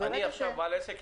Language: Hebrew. אני עכשיו בעל עסק,